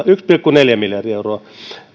yksi pilkku kolme miljardia euroa